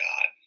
God